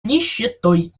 нищетой